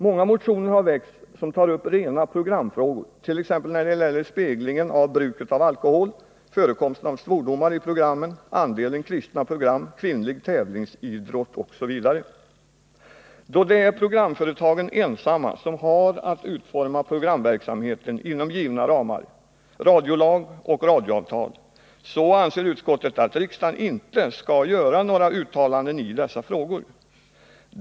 Många motioner har väckts som tar upp rena programfrågor t.ex. när det gäller speglingen av bruket av alkohol, förekomsten av svordomar i programmen, andelen kristna program, kvinnlig tävlingsidrott osv. 45 Då det är programföretagen ensamma som har att utforma programverksamheten inom givna ramar — radiolag och radioavtal — så anser utskottet att riksdagen inte skall göra några uttalanden i dessa frågor.